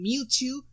Mewtwo